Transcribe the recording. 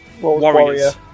Warriors